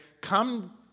come